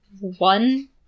one